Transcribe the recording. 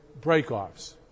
breakoffs